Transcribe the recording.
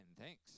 Thanks